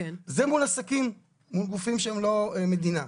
זה מול עסקים, מול גופים שהם לא מדינה.